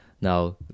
Now